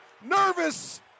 Nervous